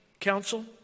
counsel